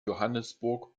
johannesburg